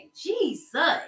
Jesus